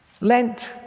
Lent